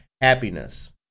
happiness